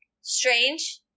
Strange